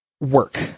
work